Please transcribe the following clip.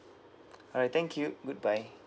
alright thank you good bye